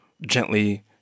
gently